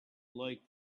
like